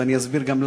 ואני גם אסביר למה,